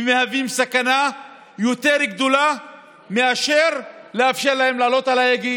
ומהווים סכנה יותר גדולה מאשר אם נאפשר להם לעלות על ההגה